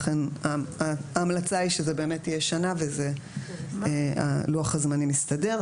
לכן ההמלצה היא שזה יהיה שנה ולוח הזמנים יסתדר.